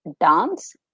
dance